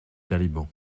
taliban